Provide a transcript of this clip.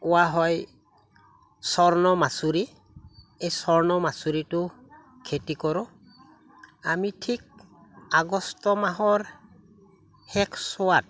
কোৱা হয় স্বৰ্ণ মাচুৰি এই স্বৰ্ণ মাচুৰিটো খেতি কৰোঁ আমি ঠিক আগষ্ট মাহৰ শেষ চোৱাত